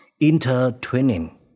intertwining